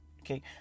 Okay